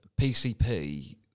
PCP